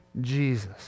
Jesus